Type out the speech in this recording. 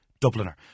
Dubliner